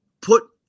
put